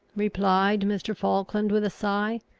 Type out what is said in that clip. replied mr. falkland, with a sigh,